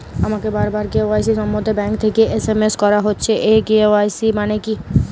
আমাকে বারবার কে.ওয়াই.সি সম্বন্ধে ব্যাংক থেকে এস.এম.এস করা হচ্ছে এই কে.ওয়াই.সি মানে কী?